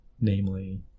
Namely